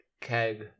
keg